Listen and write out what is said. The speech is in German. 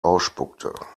ausspuckte